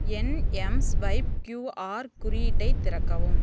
என் mSwipe QR குறியீட்டைத் திறக்கவும்